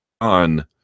on